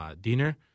dinner